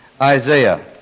Isaiah